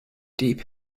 deep